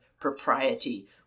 propriety